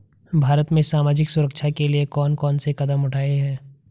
भारत में सामाजिक सुरक्षा के लिए कौन कौन से कदम उठाये हैं?